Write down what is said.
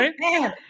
Right